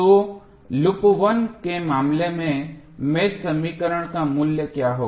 तो लूप 1 के मामले में मेष समीकरण का मूल्य क्या होगा